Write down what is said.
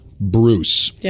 Bruce